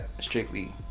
strictly